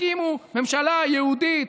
תקימו ממשלה יהודית,